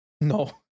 No